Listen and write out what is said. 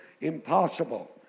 impossible